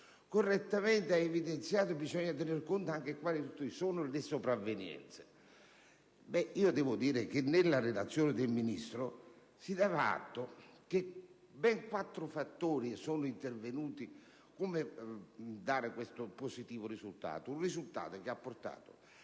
correttamente ha evidenziato che bisogna tener conto anche di quali sono le sopravvenienze.